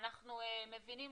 אנחנו מבינים,